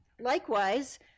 Likewise